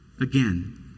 Again